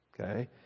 Okay